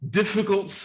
difficult